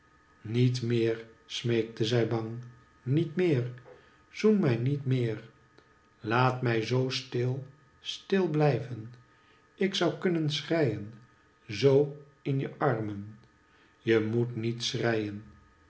niet meer smeekte zij bang niet meer zoen mij niet meer laat mij zoo stil stil blijven ik zou kunnen schreien zoo in je armen je moet niet